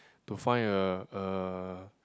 to find a a